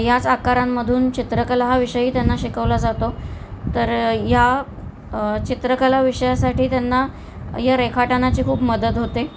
याच आकारांमधून चित्रकला हा विषयही त्यांना शिकवला जातो तर या चित्रकला विषयासाठी त्यांना या रेखाटनाची खूप मदत होते